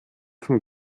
vom